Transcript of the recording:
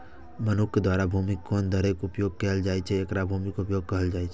मनुक्ख द्वारा भूमिक कोन तरहें उपयोग कैल जाइ छै, एकरे भूमि उपयोगक कहल जाइ छै